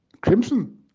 Crimson